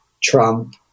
Trump